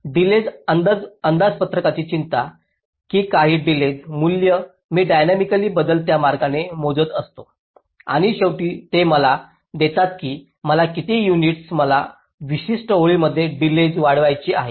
delays अंदाजपत्रकाची चिंता की काही डिलेज मूल्ये मी डायनॅमिकली बदलत्या मार्गाने मोजत असतो आणि शेवटी ते मला देतात की मला किती युनिट्स मला विशिष्ट ओळींमध्ये डिलेज वाढवायची आहेत